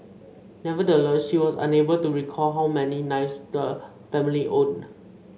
nevertheless she was unable to recall how many knives the family owned